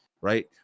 right